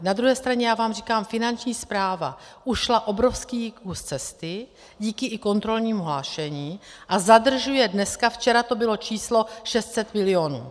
Na druhé straně já vám říkám, Finanční správa ušla obrovský kus cesty díky i kontrolnímu hlášení a zadržuje dneska včera to bylo číslo 600 milionů.